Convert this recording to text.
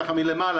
ככה מלמעלה,